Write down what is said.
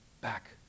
back